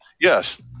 Yes